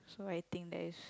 so I think that is